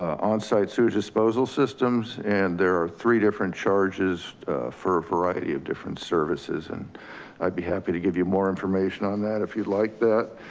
onsite sewage disposal systems. and there are three different charges for a variety of different services and be happy to give you more information on that if you'd like that.